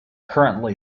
currently